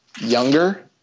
younger